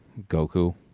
Goku